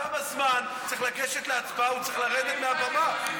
תם הזמן, צריך לגשת להצבעה, הוא צריך לרדת מהבמה.